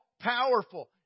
powerful